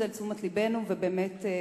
זה לתשומת לבנו ונותנים לזה את המשקל הראוי.